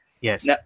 Yes